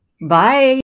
bye